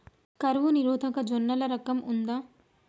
కరువు నిరోధక జొన్నల రకం ఉందా?